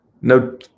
no